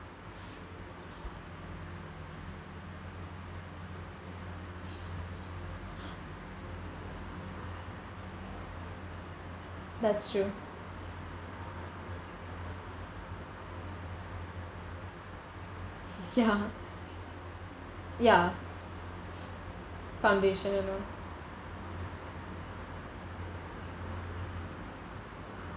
that's true ya ya foundation and all